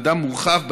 מידע מורחב,